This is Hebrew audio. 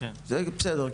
בסדר,